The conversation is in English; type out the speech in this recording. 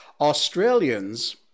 Australians